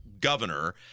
governor